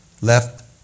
Left